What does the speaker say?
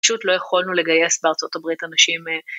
פשוט לא יכולנו לגייס בארה״ב אנשים.